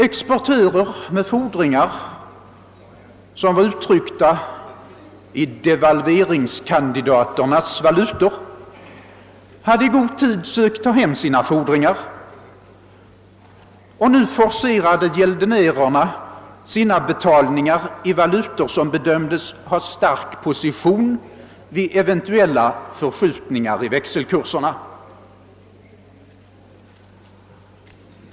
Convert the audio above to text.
Exportörer med fordringar, som var uttryckta i devalveringskandidaternas valutor, hade i god tid sökt ta hem sina fordringar, och nu forcerade gäldenärerna sina betalningar i de valutor som bedömdes ha stark position vid eventuella förskjutningar i växelkurserna.